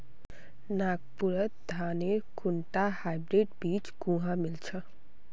नागपुरत धानेर कुनटा हाइब्रिड बीज कुहा मिल छ